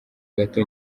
gato